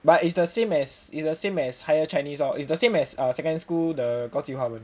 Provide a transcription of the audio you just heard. but it's the same as it's the same as higher chinese lor it's the same as uh secondary school the 高级花纹